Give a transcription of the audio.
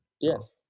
Yes